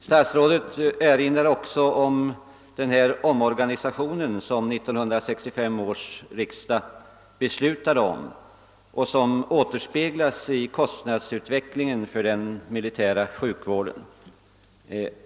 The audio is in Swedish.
Statsrådet erinrar om den omorganisation som gjordes i enlighet med riksdagens beslut år 1965 och som återspeglas i kostnadsutvecklingen för den militära sjukvården.